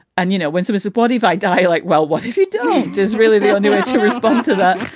and you know, when some support if i die like, well, what if you don't? is really the only way to respond to that.